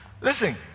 Listen